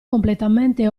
completamente